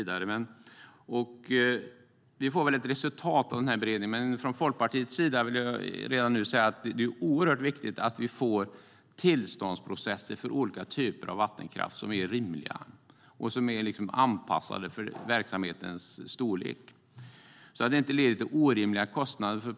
Det kommer väl ett resultat från beredningen, men från Folkpartiets sida vill jag redan nu säga att det är oerhört viktigt att vi får tillståndsprocesser för olika typer av vattenkraft som är rimliga och anpassade för verksamhetens storlek. De ska inte leda till orimliga kostnader.